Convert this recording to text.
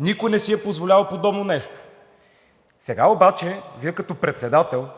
Никой не си е позволявал подобно нещо и сега обаче като председател